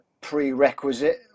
prerequisite